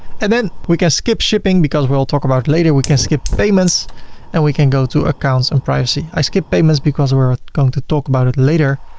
and then we can skip shipping because we will talk about it later. we can skip payments and we can go to accounts and privacy. i skip payments because we're going to talk about it later.